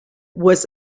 was